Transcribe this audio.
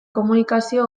komunikazio